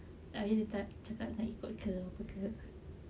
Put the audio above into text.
abeh dia tak cakap nak ikut ke apa ke